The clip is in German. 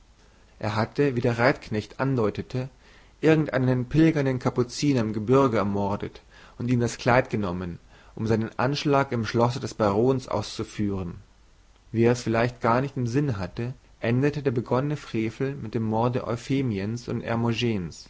er hatte wie der reitknecht andeutete irgendeinen pilgernden kapuziner im gebürge ermordet und ihm das kleid genommen um seinen anschlag im schlosse des barons auszuführen wie er vielleicht es gar nicht im sinn hatte endete der begonnene frevel mit dem morde euphemiens und